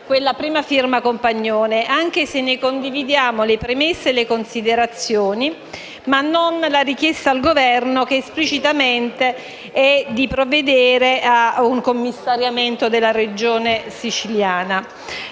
del senatore Compagnone, anche se ne condividiamo le premesse e le considerazioni, ma non la richiesta al Governo, che esplicitamente chiede di provvedere a un commissariamento della Regione Siciliana.